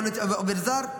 יכול להיות עובד זר,